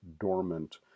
dormant